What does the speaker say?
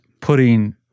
putting